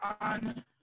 on